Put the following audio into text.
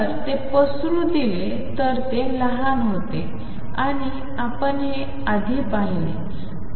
जर ते पसरू दिले तर ते लहान होते आणि आपण हे आधी पाहिले